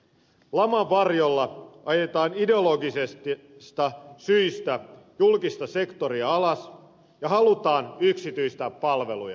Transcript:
laman varjolla ajetaan ideologisista syistä julkista sektoria alas ja halutaan yksityistää palveluja